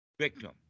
Victim